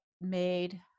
made